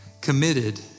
committed